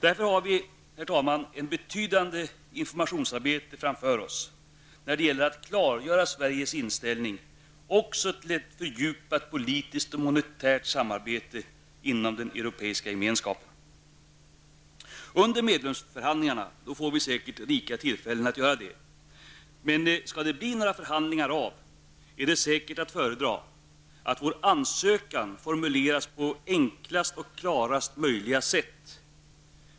Därför har vi, herr talman, ett betydande informationsarbete framför oss när det gäller att klargöra Sveriges inställning också till ett fördjupat politiskt och monetärt samarbete inom den europeiska gemenskapen. Under medlemskapsförhandlingarna får vi säkert rika tillfällen till det. Men skall det bli några förhandlingar av är det säkert att föredra att vår ansökan formuleras på enklaste och klaraste möjliga sätt.